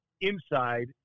inside